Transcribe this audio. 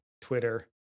Twitter